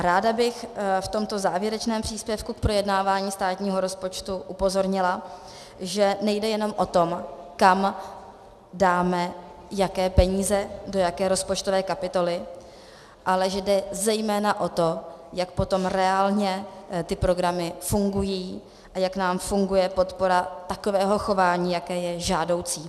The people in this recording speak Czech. Ráda bych v tomto závěrečném příspěvku k projednávání státního rozpočtu upozornila, že nejde jenom o to, kam dáme jaké peníze, do jaké rozpočtové kapitoly, ale že jde zejména o to, jak potom reálně ty programy fungují a jak nám funguje podpora takového chování, jaké je žádoucí.